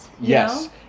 Yes